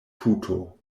puto